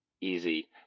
easy